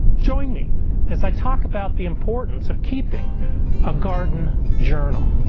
join me as i talk about the importance of keeping a garden journal.